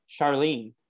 Charlene